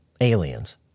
aliens